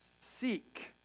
seek